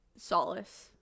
Solace